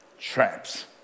traps